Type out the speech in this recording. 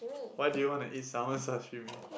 why do you want to eat salmon sashimi